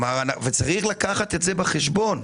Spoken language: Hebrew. צריך לקחת את זה בחשבון.